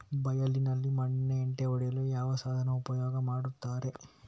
ಬೈಲಿನಲ್ಲಿ ಮಣ್ಣಿನ ಹೆಂಟೆ ಒಡೆಯಲು ಯಾವ ಸಾಧನ ಉಪಯೋಗ ಮಾಡುತ್ತಾರೆ?